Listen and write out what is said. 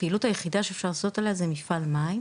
הפעילות היחידה שניתן לעשות עליה היא מפעל מים.